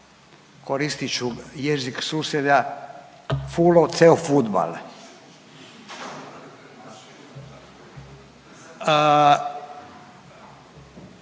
koristit ću jezik susjeda, fulo ceo fudbal.